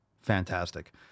Fantastic